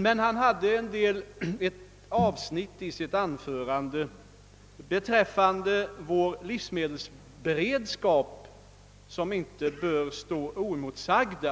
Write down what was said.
Det fanns emellertid ett avsnitt i hans anförande beträffande livsmedelsberedskapen som inte bör få stå oemotsagt.